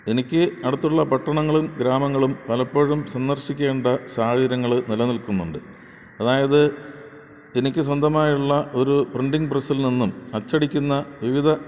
എനിക്ക് അടുത്തുള്ള പട്ടണങ്ങളും ഗ്രാമങ്ങളും പലപ്പോഴും സന്ദർശിക്കേണ്ട സാഹചര്യങ്ങൾ നിലനിൽക്കുന്നുണ്ട് അതായത് എനിക്ക് സ്വന്തമായുള്ള ഒരു പ്രിൻറ്റിങ് പ്രസ്സിൽനിന്നും അച്ചടിക്കുന്ന വിവിധ